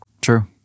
True